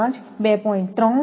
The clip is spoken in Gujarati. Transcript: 5 2